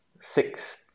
six